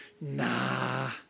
nah